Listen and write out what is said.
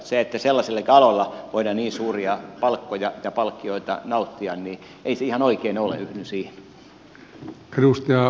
se että sellaisillakin aloilla voidaan niin suuria palkkoja ja palkkioita nauttia ei ihan oikein ole yhdyn siihen